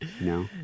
No